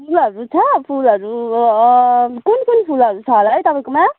फुलहरू छ फुलहरू कुन कुन फुलहरू छ होला है तपाईँकोमा